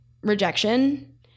rejection